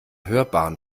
hörbaren